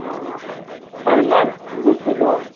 हँ परबल दू किलो